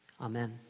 Amen